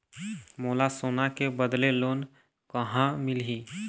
मोला सोना के बदले लोन कहां मिलही?